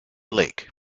lake